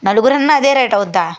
నలుగురు ఉన్నా అదే రేట్ అవుద్దా